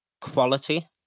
quality